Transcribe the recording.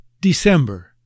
December